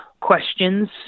questions